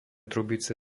trubice